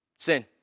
Sin